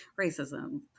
racism